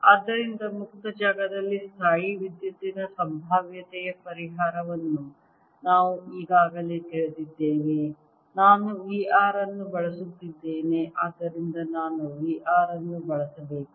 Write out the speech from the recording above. ಆದ್ದರಿಂದ ಮುಕ್ತ ಜಾಗದಲ್ಲಿ ಸ್ಥಾಯೀವಿದ್ಯುತ್ತಿನ ಸಂಭಾವ್ಯತೆಯ ಪರಿಹಾರವನ್ನು ನಾವು ಈಗಾಗಲೇ ತಿಳಿದಿದ್ದೇವೆ ನಾನು V r ಅನ್ನು ಬಳಸುತ್ತಿದ್ದೇನೆ ಆದ್ದರಿಂದ ನಾನು V r ಅನ್ನು ಬಳಸಬೇಕು